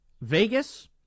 Vegas